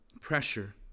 pressure